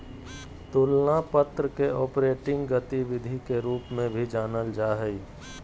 तुलना पत्र के ऑपरेटिंग गतिविधि के रूप में भी जानल जा हइ